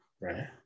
right